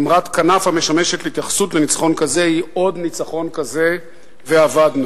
אמרת כנף המשמשת להתייחסות לניצחון כזה: עוד ניצחון כזה ואבדנו.